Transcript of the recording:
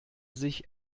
sich